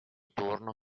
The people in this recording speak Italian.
turno